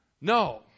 No